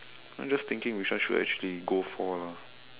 I'm just thinking which one should I actually go for lah